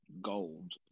Gold